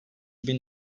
bin